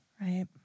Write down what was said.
right